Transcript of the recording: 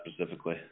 specifically